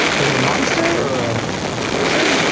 was it a monster or a person?